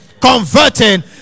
converting